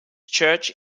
church